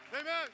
Amen